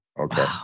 okay